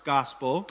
Gospel